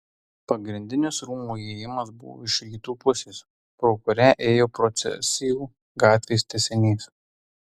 pagrindinis rūmų įėjimas buvo iš rytų pusės pro kurią ėjo procesijų gatvės tęsinys